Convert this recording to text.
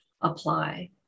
apply